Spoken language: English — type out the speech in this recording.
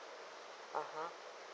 (uh huh)